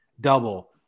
double